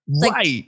Right